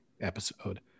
episode